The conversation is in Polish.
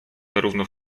zarówno